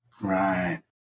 Right